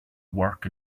work